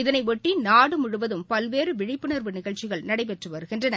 இதனையாட்டுநாடுமுழுவதும் பல்வேறுவிழிப்புணா்வு நிகழ்ச்சிகள் நடைபெற்றுவருகின்றன